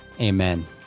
Amen